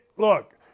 Look